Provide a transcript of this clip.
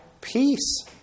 peace